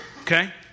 Okay